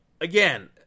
again